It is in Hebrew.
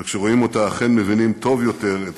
וכשרואים אותה אכן מבינים טוב יותר את